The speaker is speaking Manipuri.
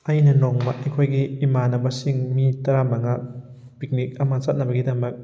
ꯑꯩꯅ ꯅꯣꯡꯃ ꯑꯩꯈꯣꯏꯒꯤ ꯏꯃꯥꯟꯅꯕꯁꯤꯡ ꯃꯤ ꯇꯔꯥꯃꯉꯥ ꯄꯤꯛꯅꯤꯛ ꯑꯃ ꯆꯠꯅꯕꯒꯤꯗꯃꯛ